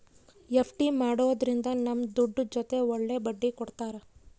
FD ಮಾಡೋದ್ರಿಂದ ನಮ್ ದುಡ್ಡು ಜೊತೆ ಒಳ್ಳೆ ಬಡ್ಡಿ ಕೊಡ್ತಾರ